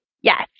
Yes